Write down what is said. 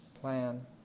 plan